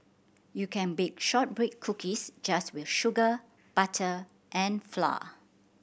you can bake shortbread cookies just with sugar butter and flour